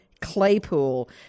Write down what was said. Claypool